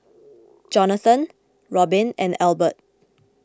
Jonathan Robin and Elbert